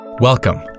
Welcome